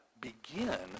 begin